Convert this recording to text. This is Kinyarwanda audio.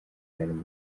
generali